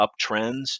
uptrends